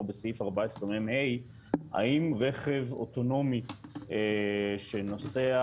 בסעיף 14מה לגבי רכב אוטונומי שנוסע